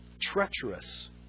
treacherous